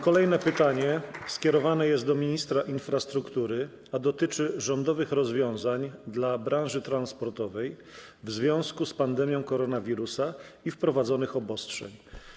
Kolejne pytanie skierowane jest do ministra infrastruktury, a dotyczy rządowych rozwiązań dla branży transportowej w związku z pandemią koronawirusa i wprowadzonych obostrzeń.